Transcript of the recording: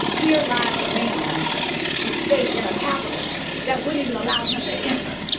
here lies a man in state in a capitol that wouldn't even allow him to enter,